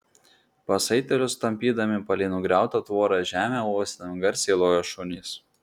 pasaitėlius tampydami palei nugriautą tvorą žemę uostydami garsiai lojo šunys